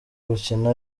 gukina